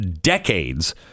decades